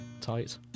tight